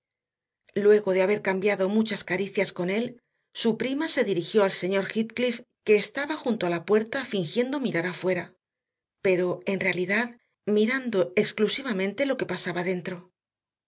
luego de haber cambiado muchas caricias con él su prima se dirigió al señor heathcliff que estaba junto a la puerta fingiendo mirar afuera pero en realidad mirando exclusivamente lo que pasaba dentro